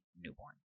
newborn